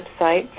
website